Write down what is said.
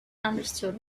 understood